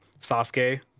sasuke